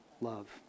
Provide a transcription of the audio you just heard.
Love